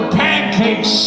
pancakes